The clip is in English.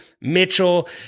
Mitchell